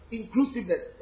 inclusiveness